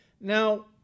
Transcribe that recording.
Now